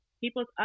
people's